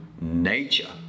nature